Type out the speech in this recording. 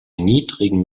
niedrigen